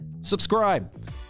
subscribe